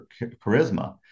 charisma